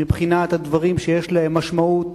מבחינת הדברים שיש להם משמעות